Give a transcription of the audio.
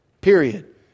Period